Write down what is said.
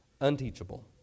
unteachable